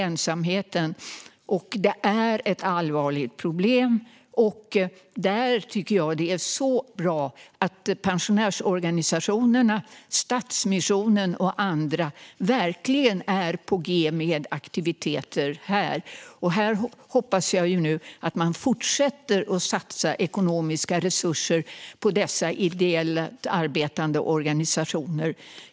Ensamheten är ett allvarligt problem som tagits upp. Jag tycker att det är så bra att pensionärsorganisationerna, Stadsmissionen och andra nu är på g med aktiviteter, och jag hoppas att man fortsätter att satsa ekonomiska resurser på dessa ideellt arbetande organisationer.